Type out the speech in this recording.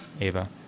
Ava